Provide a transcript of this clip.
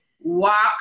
walk